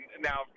now